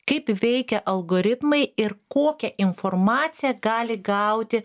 kaip veikia algoritmai ir kokią informaciją gali gauti